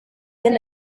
ben